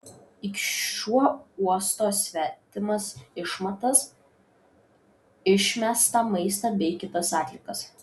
juk šuo uosto svetimas išmatas išmestą maistą bei kitas atliekas